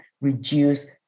reduce